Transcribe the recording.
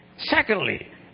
Secondly